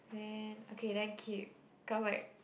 then okay then keep cos like